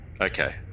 Okay